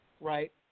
right